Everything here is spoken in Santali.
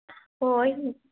ᱦᱳᱭ